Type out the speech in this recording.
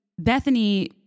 Bethany